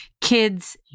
kids